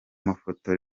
mafoto